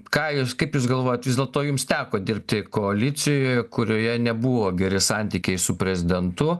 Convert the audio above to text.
ką jūs kaip jūs galvojat vis dėlto jums teko dirbti koalicijoje kurioje nebuvo geri santykiai su prezidentu